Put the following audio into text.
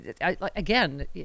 again